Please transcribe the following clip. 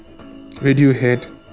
Radiohead